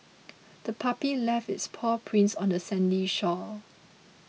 the puppy left its paw prints on the sandy shore